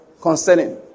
concerning